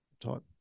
type